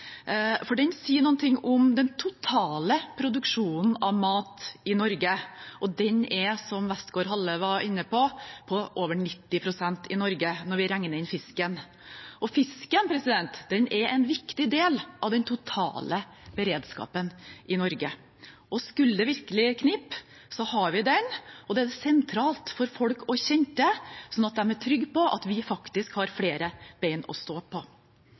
for den sier noe om den totale produksjonen av mat i Norge, og den er – som Westgaard-Halle var inne på – på over 90 pst. i Norge, når vi regner inn fisken. Fisken er en viktig del av den totale beredskapen i Norge. Skulle det virkelig knipe, har vi den, og det er sentralt for folk å kjenne til, sånn at de er trygge på at vi faktisk har flere bein å stå på.